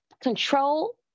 control